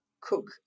cook